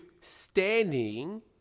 standing